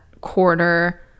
quarter